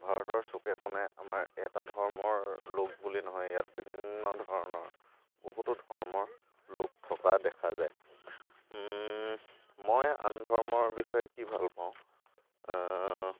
ভাৰতৰ চুকে কোণে আমাৰ এটা ধৰ্মৰ লোক বুলি নহয় ইয়াত বিভিন্ন ধৰণৰ বহুতো ধৰ্মৰ লোক থকা দেখা যায় মই আন ধৰ্মৰ বিষয়ে কি ভাল পাওঁ